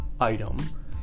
item